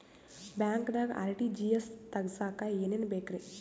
ಬ್ಯಾಂಕ್ದಾಗ ಆರ್.ಟಿ.ಜಿ.ಎಸ್ ತಗ್ಸಾಕ್ ಏನೇನ್ ಬೇಕ್ರಿ?